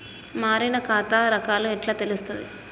మారిన ఖాతా రకాలు ఎట్లా తెలుత్తది?